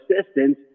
assistance